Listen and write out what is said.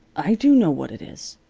i do know what it is,